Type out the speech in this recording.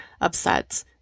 upset